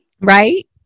right